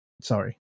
Sorry